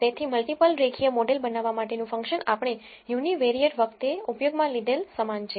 તેથી મલ્ટીપલ રેખીય મોડેલ બનાવવા માટેનું ફંક્શન આપણે યુનિવેરીયેટસમાંતર વખતે ઉપયોગમાં લીધેલ સમાન છે